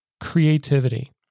creativity